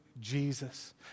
Jesus